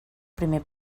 primer